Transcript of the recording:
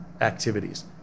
activities